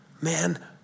Man